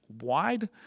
wide